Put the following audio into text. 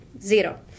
zero